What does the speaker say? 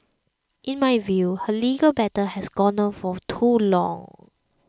in my view her legal battle has gone on for too long